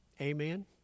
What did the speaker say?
amen